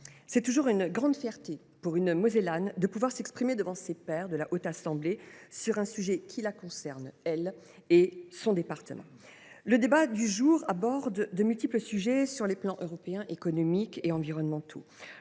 c’est toujours une grande fierté pour une Mosellane de pouvoir s’exprimer devant ses pairs de la Haute Assemblée sur un sujet qui concerne son département. Le débat du jour porte sur de multiples sujets – européen, économique et environnemental